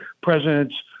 president's